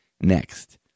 Next